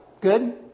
Good